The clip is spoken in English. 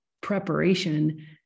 preparation